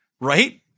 right